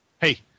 Hey